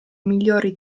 migliori